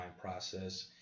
process